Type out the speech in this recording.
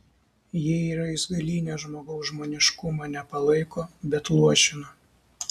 jei raizgalynė žmogaus žmoniškumą ne palaiko bet luošina